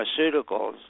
Pharmaceuticals